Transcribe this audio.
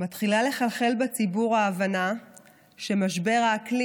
מתחילה לחלחל בציבור ההבנה שמשבר האקלים